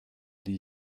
die